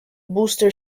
booster